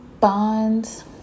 bonds